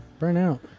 Burnout